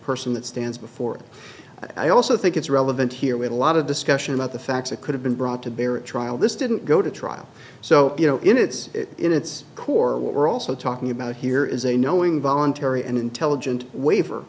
person that stands before i also think it's relevant here with a lot of discussion about the facts that could have been brought to bear at trial this didn't go to trial so you know in its in its core what we're also talking about here is a knowing voluntary and intelligent waiver